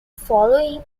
following